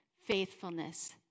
faithfulness